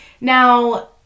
Now